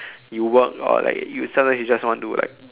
you work or like you sometimes you just want to like